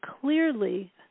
clearly